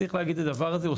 צריך להגיד את הדבר הזה.